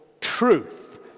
truth